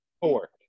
four